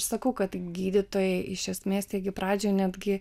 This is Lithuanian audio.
sakau kad gydytojai iš esmės taigi pradžioj netgi